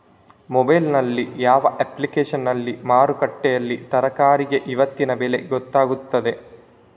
Mobile ನಲ್ಲಿ ಯಾವ ಅಪ್ಲಿಕೇಶನ್ನಲ್ಲಿ ಮಾರುಕಟ್ಟೆಯಲ್ಲಿ ತರಕಾರಿಗೆ ಇವತ್ತಿನ ಬೆಲೆ ಗೊತ್ತಾಗುತ್ತದೆ?